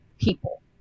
people